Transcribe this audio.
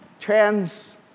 trans